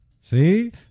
See